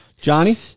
Johnny